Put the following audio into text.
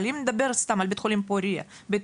אבל אם נדבר לדוגמה על בית חולים פורייה שהוא בית